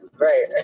Right